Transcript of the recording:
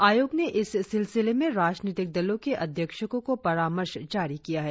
आयोग ने इस सिलसिले में राजनीतिक दलों के अध्यक्षों को परामर्श जारी किया है